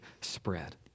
spread